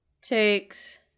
takes